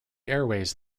airways